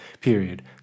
period